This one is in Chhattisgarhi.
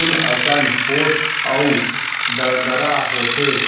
ऊन असन पोठ अउ दरदरा होथे